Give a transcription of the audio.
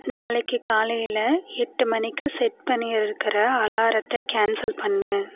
நாளைக்கு காலையில் எட்டு மணிக்கு செட் பண்ணியிருக்கிற அலாரத்தைக் கேன்சல் பண்ணு